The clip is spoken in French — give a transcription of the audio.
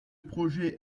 projet